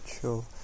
Sure